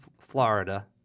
Florida